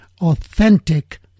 authentic